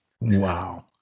Wow